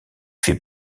fait